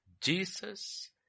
Jesus